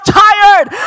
tired